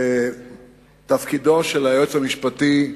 בתפקידו של היועץ המשפטי,